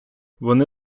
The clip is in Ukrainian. вони